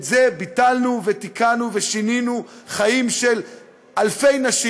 את זה ביטלנו ותיקנו ושינינו חיים של אלפי נשים